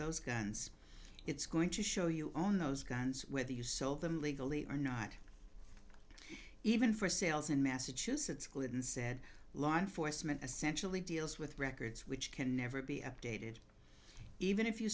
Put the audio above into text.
those guns it's going to show you on those guns whether you sold them legally or not even for sales in massachusetts glidden said law enforcement essentially deals with records which can never be updated even if you